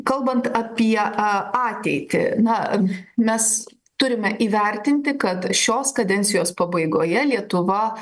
kalbant apie ateitį na mes turime įvertinti kad šios kadencijos pabaigoje lietuva